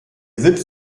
sitz